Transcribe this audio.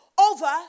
over